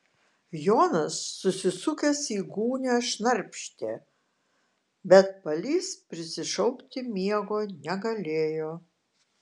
jonas susisukęs į gūnią šnarpštė bet palys prisišaukti miego negalėjo